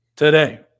Today